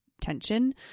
tension